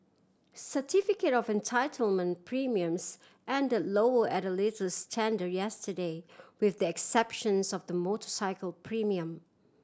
certificate of entitlement premiums end lower at the latest tender yesterday with the exceptions of the motorcycle premium